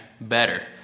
better